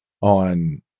on